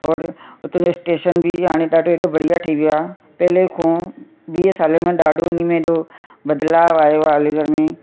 और उते त स्टेशन बि हाणे ॾाढो एॾो बढ़िया ठही वियो आहे पहिरियों खां वीह साले में ॾाढो उनमें एॾो बदिलाव आयो आहे अलीगढ़ में